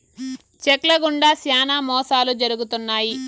check ల గుండా శ్యానా మోసాలు జరుగుతున్నాయి